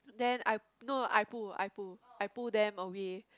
then I no I pull I pull I pull them away